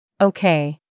Okay